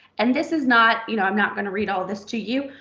and this is not, you know, i'm not gonna read all this to you,